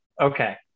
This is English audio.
okay